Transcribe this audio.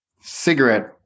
cigarette